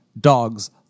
dogs